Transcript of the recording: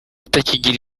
atakigira